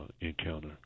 encounter